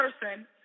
person